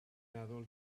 meddwl